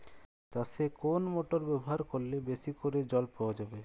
চাষে কোন মোটর ব্যবহার করলে বেশী করে জল দেওয়া যাবে?